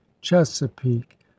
chesapeake